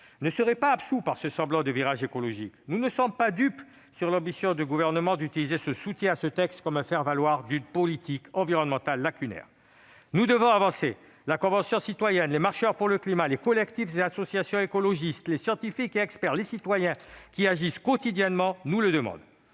ne seraient pas absous par ce semblant de virage écologique. Nous ne sommes pas dupes de l'ambition du Gouvernement d'utiliser le soutien à ce texte comme un faire-valoir d'une politique environnementale lacunaire. Cependant, nous devons avancer. La Convention citoyenne pour le climat, les marcheurs pour le climat, les collectifs et associations écologistes, les scientifiques et experts et les citoyens qui agissent quotidiennement nous le demandent.